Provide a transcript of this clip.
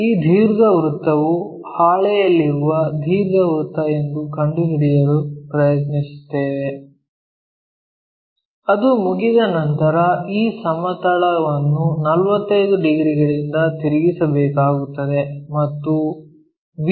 ಈ ದೀರ್ಘವೃತ್ತವು ಹಾಳೆಯಲ್ಲಿರುವ ದೀರ್ಘವೃತ್ತ ಎಂದು ಕಂಡುಹಿಡಿಯಲು ಪ್ರಯತ್ನಿಸುತ್ತಿದ್ದೇವೆ ಅದು ಮುಗಿದ ನಂತರ ಈ ಸಮತಲವನ್ನು 45 ಡಿಗ್ರಿಗಳಿಂದ ತಿರುಗಿಸಬೇಕಾಗುತ್ತದೆ ಮತ್ತು ಮತ್ತು ವಿ